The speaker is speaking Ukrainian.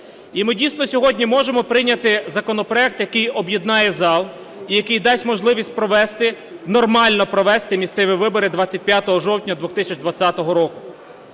І ми дійсно сьогодні можемо прийняти законопроект, який об'єднає зал і який дасть можливість провести, нормально провести місцеві вибори 25 жовтня 2020 року.